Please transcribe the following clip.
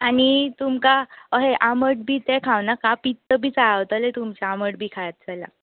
आनी तुमकां अशें आमट बी तें खांवनाका ते पित्त बी चाळवतले तुमचे आमट बी खायत जाल्यार